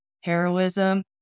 heroism